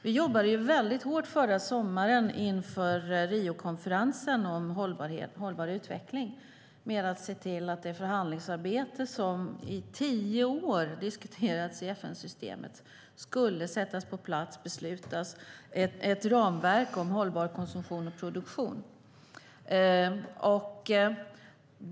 Vi jobbade väldigt hårt förra sommaren inför Riokonferensen om hållbar utveckling med att se till att det som i tio år diskuterats i FN-systemet skulle sättas på plats och beslutas, ett ramverk om hållbar konsumtion och produktion.